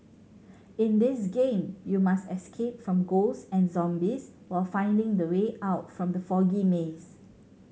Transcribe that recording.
in this game you must escape from ghost and zombies while finding the way out from the foggy maze